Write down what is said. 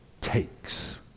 takes